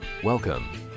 Welcome